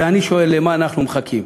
ואני שואל: למה אנחנו מחכים?